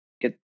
get